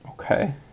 Okay